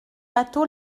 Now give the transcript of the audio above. batho